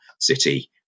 city